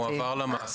זה מועבר למעסיק.